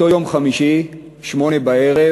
באותו יום חמישי, שמונה בערב,